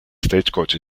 stagecoach